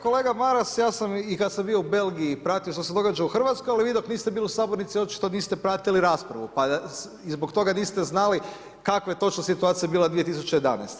Kolega Maras, ja sam i kada sam bio u Belgiji, pratio što se događa u RH, ali vi dok niste bili u Sabornici, očito niste pratili raspravu, pa i zbog toga niste znali kakva je točno bila situacija bila 2011.-te.